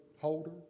Holder